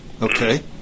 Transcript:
Okay